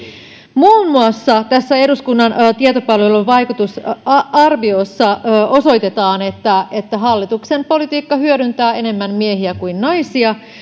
muun muassa tässä eduskunnan tietopalvelun vaikutusarviossa osoitetaan että että hallituksen politiikka hyödyttää enemmän miehiä kuin naisia